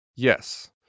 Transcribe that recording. Yes